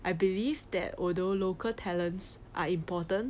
I believe that although local talents are important